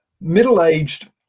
middle-aged